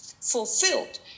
fulfilled